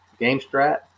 GameStrat